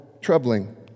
troubling